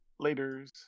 Laters